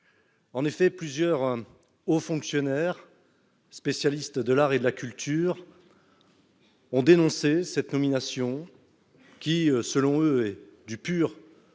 en effet plusieurs haut fonctionnaire spécialiste de l'art et de la culture ont dénoncé cette nomination, qui selon eux est du pur copinage